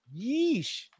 yeesh